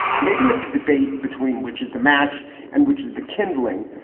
maybe it's a debate between which is the match and which is the kindling.